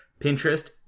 Pinterest